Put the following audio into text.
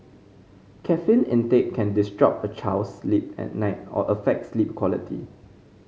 caffeine intake can disrupt a child's sleep at night or affect sleep quality